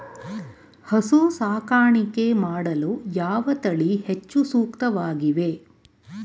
ಹಸು ಸಾಕಾಣಿಕೆ ಮಾಡಲು ಯಾವ ತಳಿ ಹೆಚ್ಚು ಸೂಕ್ತವಾಗಿವೆ?